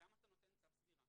למה אתה נותן צו סגירה?